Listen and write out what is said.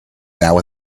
now